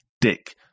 Dick